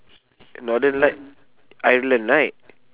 northern light ireland right